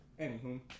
Anywho